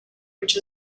which